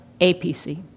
APC